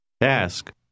Ask